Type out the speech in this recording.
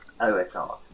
OSR